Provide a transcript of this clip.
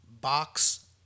box